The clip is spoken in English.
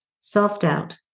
self-doubt